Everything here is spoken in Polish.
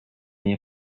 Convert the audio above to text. nie